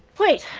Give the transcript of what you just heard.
wait.